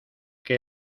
que